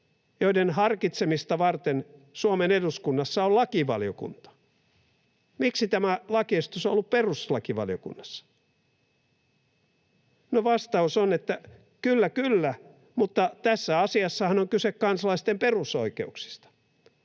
joiden harkitsemista varten Suomen eduskunnassa on lakivaliokunta? Miksi tämä lakiesitys on ollut perustuslakivaliokunnassa? No, vastaus on, että ”kyllä, kyllä, mutta tässä asiassahan on kyse kansalaisten perusoikeuksista”.